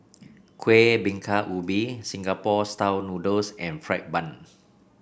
Kueh Bingka Ubi Singapore style noodles and fried bun